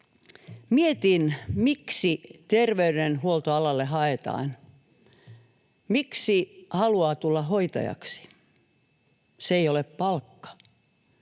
Mietin, miksi terveydenhuoltoalalle haetaan, miksi haluaa tulla hoitajaksi. Se ei ole palkka,